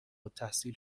التحصیل